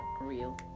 Real